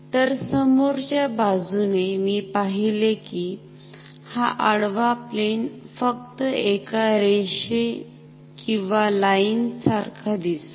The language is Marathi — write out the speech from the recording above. तर समोरच्या बाजूने मी पाहिले कि हा आडवा प्लेन फक्त एका रेषेलाईन सारखा दिसतो